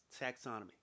Taxonomy